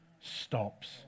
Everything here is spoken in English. stops